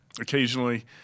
occasionally